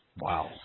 Wow